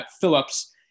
Phillips